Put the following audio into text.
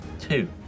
two